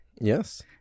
Yes